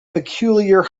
peculiar